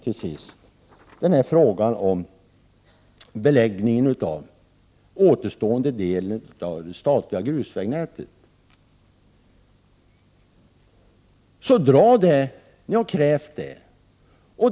Ni har krävt beläggning av återstående delar av det statliga grusvägnätet.